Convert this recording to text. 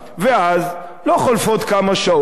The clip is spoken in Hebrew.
ואז לא חולפות כמה שעות,